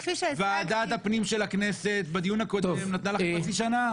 ועדת הפנים של הכנסת בדיון הקודם נתנה לכם חצי שנה.